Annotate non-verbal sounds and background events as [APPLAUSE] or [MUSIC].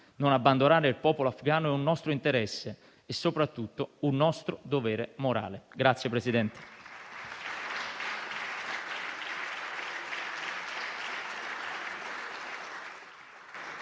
Non abbandonare il popolo afghano è un nostro interesse e soprattutto un nostro dovere morale. [APPLAUSE]